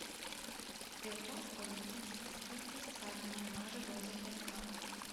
dėl to organizmas kaskart pasisavina nemažą dozę chemikalų